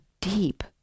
deep